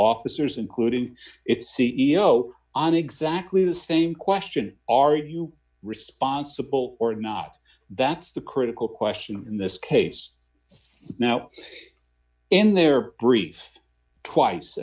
officers including its c e o on exactly the same question are you responsible or not that's the critical question in this case now in their brief twice